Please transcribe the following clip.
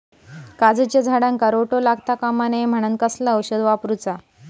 काजूच्या झाडांका रोटो लागता कमा नये म्हनान कसला औषध वापरूचा?